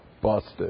busted